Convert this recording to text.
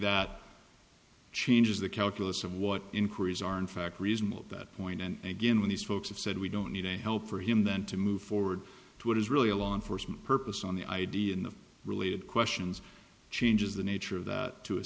that changes the calculus of what inquiries are in fact reasonable that point and again when these folks have said we don't need any help for him then to move forward to what is really a law enforcement purpose on the id and the related questions changes the nature of that to a